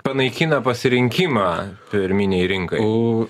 panaikina pasirinkimą pirminei rinkai